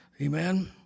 amen